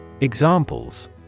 Examples